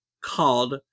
called